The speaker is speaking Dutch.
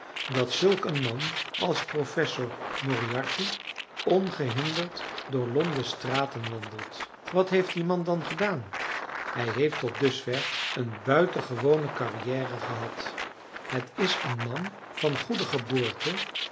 dat zulk een man als professor moriarty ongehinderd door londens straten wandelt wat heeft die man dan gedaan hij heeft tot dusver een buitengewone carrière gehad het is een man van goede geboorte